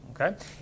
okay